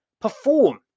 perform